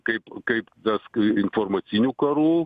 kaip kaip tas informacinių karų